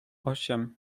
osiem